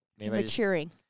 maturing